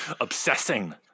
Obsessing